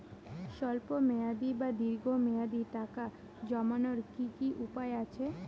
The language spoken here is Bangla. স্বল্প মেয়াদি বা দীর্ঘ মেয়াদি টাকা জমানোর কি কি উপায় আছে?